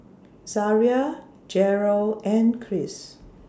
Zaria Jerrel and Chris